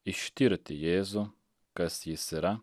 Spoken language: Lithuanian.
ištirti jėzų kas jis yra